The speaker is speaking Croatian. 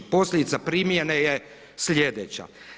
Posljedica primjene je sljedeća.